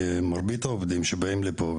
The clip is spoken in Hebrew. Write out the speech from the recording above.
מרבית העובדים שבאים לפה,